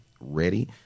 ready